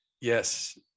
Yes